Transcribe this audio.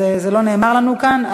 אז זה לא נאמר לנו כאן.